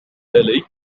آلي